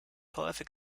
häufig